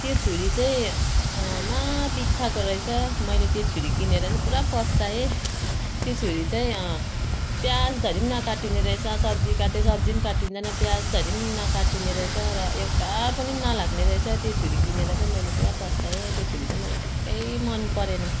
त्यो छुरी चाहिँ माहा बित्थाको रहेछ मैले त्यो छुरी किनेर चाहिँ पुरा पछुताएँ त्यो छुरी चाहिँ प्याजधरि पनि नकाटिने रहेछ सब्जी काटेँ सब्जी पनि काटिँदैन प्याजधरि पनि नकाटिने रहेछ र एउटा पनि नलाग्ने रहेछ त्यो छुरी किनेर चाहिँ मैले पुरा पछुताएँ त्यो छुरी चाहिँ मलाई ट्याक्कै मन परेन